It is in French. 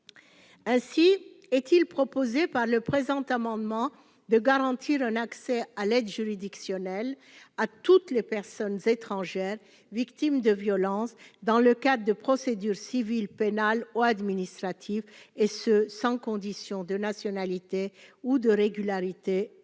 ainsi est-il proposé par le présent amendement de garantir un accès à l'aide juridictionnelle à toutes les personnes étrangères victimes de violences dans le cas de procédure civile, pénale ou administrative et ce, sans condition de nationalité ou de régularité du